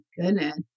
goodness